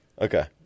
Okay